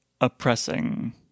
oppressing